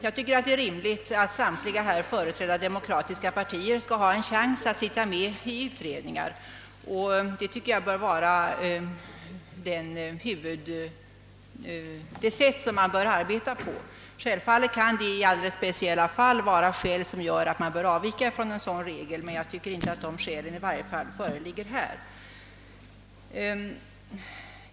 Det vore rimligt att samtliga här företrädda demokratiska partier skulle ha en chans att sitta med i utredningar, detta bör vara det sätt på vilket man skall arbeta. Självfallet kan det i alldeles speciella fall finnas skäl för ett avvikande från en sådan regel, men några sådana skäl föreligger i varje fall inte här.